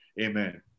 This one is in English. amen